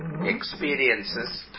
experiences